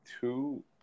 two